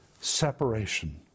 separation